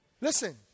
Listen